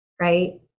right